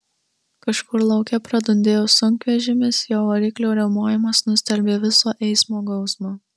kažkur lauke pradundėjo sunkvežimis jo variklio riaumojimas nustelbė viso eismo gausmą